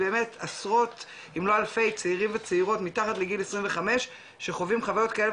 עשרות אם לא אלפי צעירים וצעירות מתחת לגיל 25 שחווים חוויות כאלה